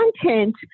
content